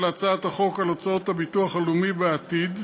הצעת החוק על הוצאות הביטוח הלאומי בעתיד,